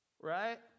Right